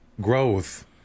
growth